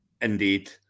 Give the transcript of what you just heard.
indeed